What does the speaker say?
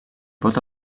pot